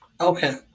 Okay